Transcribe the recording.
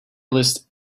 list